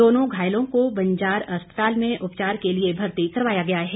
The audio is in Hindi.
दोनों घायलों को बंजार अस्पताल में उपचार के लिए भर्ती करवाया गया है